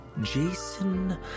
Jason